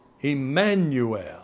Emmanuel